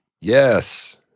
Yes